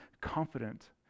confident